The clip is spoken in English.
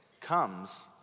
comes